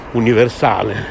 universale